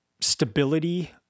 stability